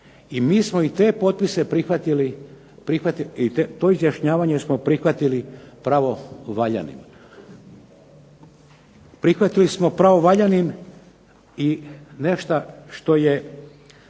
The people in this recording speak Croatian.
I mi smo i te potpise prihvatili, i to izjašnjavanje smo prihvatili pravovaljanim. Prihvatili smo pravovaljanim i nešto što je,